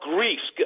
Greece